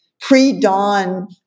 pre-dawn